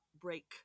break